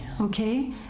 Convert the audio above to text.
Okay